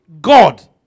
God